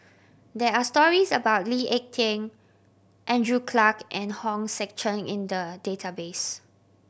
there are stories about Lee Ek Tieng Andrew Clarke and Hong Sek Chern in the database